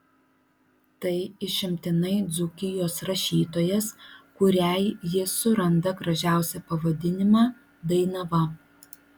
tai išimtinai dzūkijos rašytojas kuriai jis suranda gražiausią pavadinimą dainava